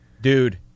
Dude